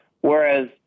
whereas